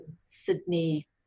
Sydney